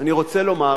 אני רוצה לומר